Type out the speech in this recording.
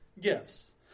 gifts